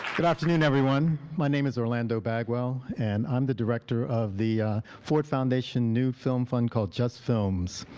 good afternoon, everyone. my name is orlando bagwell, and i'm the director of the ford foundation new film fund called justfilms.